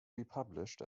republished